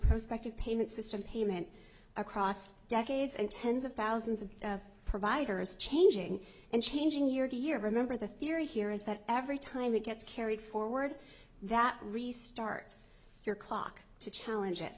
inpatient payment system payment across decades and tens of thousands of providers changing and changing year to year remember the theory here is that every time it gets carried forward that restarts your clock to challenge it